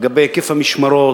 לגבי היקף המשמרות,